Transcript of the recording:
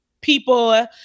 People